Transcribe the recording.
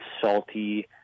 salty